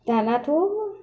दानाथ'